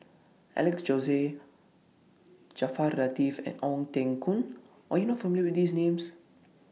Alex Josey Jaafar Latiff and Ong Teng Koon Are YOU not familiar with These Names